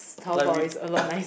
like we